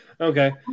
Okay